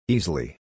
Easily